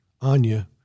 Anya